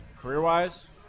Career-wise